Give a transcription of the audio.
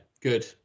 good